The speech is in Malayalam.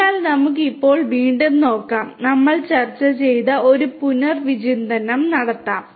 അതിനാൽ നമുക്ക് ഇപ്പോൾ വീണ്ടും നോക്കാം നമ്മൾ ചർച്ച ചെയ്തതിന്റെ ഒരു പുനർവിചിന്തനം നടത്താം